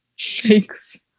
Thanks